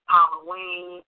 Halloween